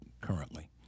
currently